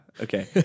Okay